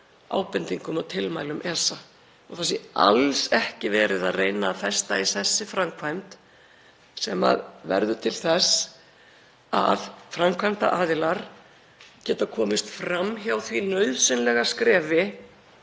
ábendingum og tilmælum ESA og það sé alls ekki verið að reyna að festa í sessi framkvæmd sem verður til þess að framkvæmdaraðilar geti komist fram hjá því nauðsynlega skrefi,